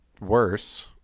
worse